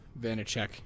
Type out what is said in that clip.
Vanacek